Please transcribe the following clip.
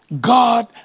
God